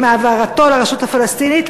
עם העברתו לרשות הפלסטינית,